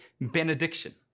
benediction